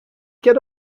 get